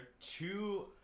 Two